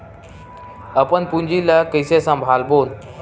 अपन पूंजी ला कइसे संभालबोन?